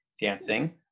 dancing